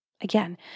again